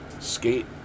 Skate